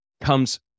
comes